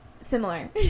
Similar